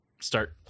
start